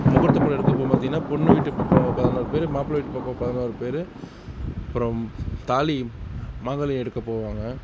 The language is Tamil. முகூர்த்த புடவை எடுக்கப் போகும் போது பார்த்தீங்கன்னா பொண்ணு வீட்டுப் பக்கம் பதினோரு பேர் மாப்பிள்ளை வீட்டுப் பக்கம் பதினோரு பேர் அப்புறம் தாலி மகளிர் எடுக்கப் போவாங்க